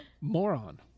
Moron